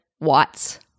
Watts